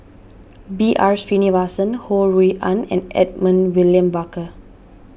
B R Sreenivasan Ho Rui An and Edmund William Barker